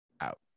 out